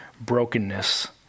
brokenness